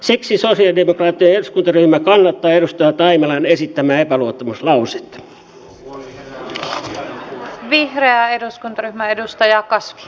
siksi sosialidemokraattinen eduskuntaryhmä kannattaa edustaja taimelan esittämää epäluottamuslausetta